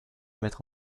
mettre